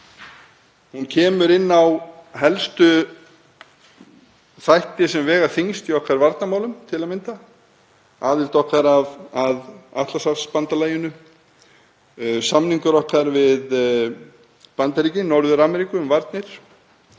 Hún kemur inn á helstu þætti sem vega þyngst í okkar varnarmálum, til að mynda aðild okkar að Atlantshafsbandalaginu og samninginn við Bandaríki Norður-Ameríku um varnir,